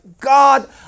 God